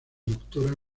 doctora